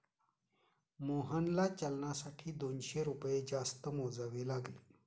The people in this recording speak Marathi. मोहनला चलनासाठी दोनशे रुपये जास्त मोजावे लागले